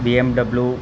BMW